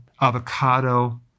avocado